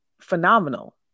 phenomenal